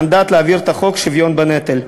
מנדט להעביר את חוק השוויון בנטל.